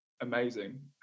amazing